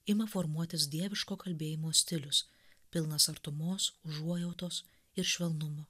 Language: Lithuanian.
ima formuotis dieviško kalbėjimo stilius pilnas artumos užuojautos ir švelnumo